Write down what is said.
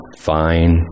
Fine